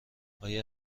آیا